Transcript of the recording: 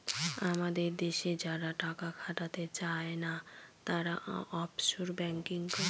আমাদের দেশে যারা টাকা খাটাতে চাই না, তারা অফশোর ব্যাঙ্কিং করে